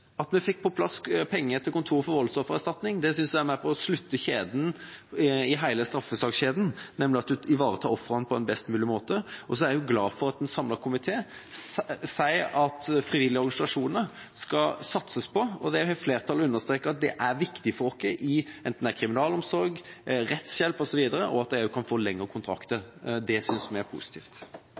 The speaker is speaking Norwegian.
at vi fikk på plass penger til Kontoret for voldsoffererstatning. Det er med på å slutte hele straffesakskjeden ved at ofrene ivaretas på en best mulig måte. Jeg er også glad for at en samlet komité sier at det skal satses på frivillige organisasjoner. Flertallet understreker at det er viktig når det gjelder kriminalomsorg, rettshjelp osv., og at de får lengre kontrakter. Det synes vi er positivt.